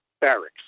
barracks